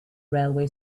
railway